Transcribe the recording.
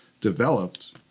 developed